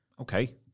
okay